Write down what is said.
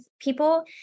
people